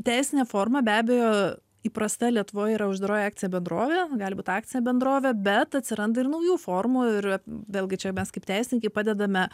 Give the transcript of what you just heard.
teisinė forma be abejo įprasta lietuvoj yra uždaroji akcinė bendrovė gali būt akcinė bendrovė bet atsiranda ir naujų formų ir vėlgi čia mes kaip teisininkai padedame